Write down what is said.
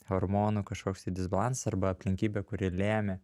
hormonų kažkoks tai disbalansas arba aplinkybė kuri lėmė